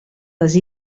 les